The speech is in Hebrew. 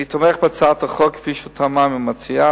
אני תומך בהצעת החוק כפי שתואמה עם המציעה.